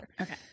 Okay